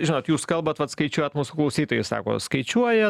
žinot jūs kalbat vat skaičiuojat mūsų klausytojus sako skaičiuoja